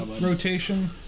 rotation